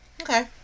Okay